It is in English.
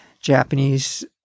Japanese